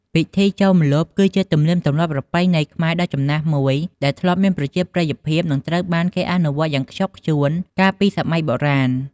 ពិធីចូលម្លប់ គឺជាទំនៀមទម្លាប់ប្រពៃណីខ្មែរដ៏ចំណាស់មួយ ដែលធ្លាប់មានប្រជាប្រិយភាព និងត្រូវបានគេអនុវត្តយ៉ាងខ្ជាប់ខ្ជួនកាលពីសម័យបុរាណ។